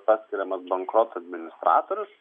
paskiriamas bankroto administratorius